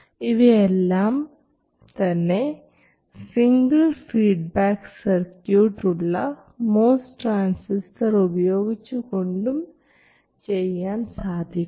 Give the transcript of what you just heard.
ഇവയെല്ലാം തന്നെ single feedback circuit ഉള്ള MOS ട്രാൻസിസ്റ്റർ ഉപയോഗിച്ചുകൊണ്ടും ചെയ്യാൻ സാധിക്കും